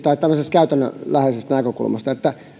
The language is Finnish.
käytännönläheisestä näkökulmasta että